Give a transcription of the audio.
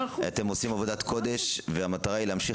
-- אתם עושים עבודת קודש והמטרה היא להמשיך